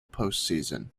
postseason